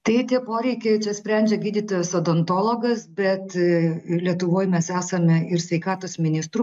tai tie poreikiai čia sprendžia gydytojas odontologas bet lietuvoj mes esame ir sveikatos ministrų